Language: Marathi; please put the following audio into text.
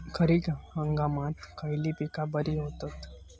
खरीप हंगामात खयली पीका बरी होतत?